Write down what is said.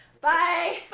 Bye